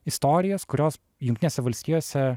istorijas kurios jungtinėse valstijose